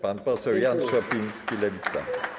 Pan poseł Jan Szopiński, Lewica.